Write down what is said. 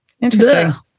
interesting